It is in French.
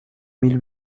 mille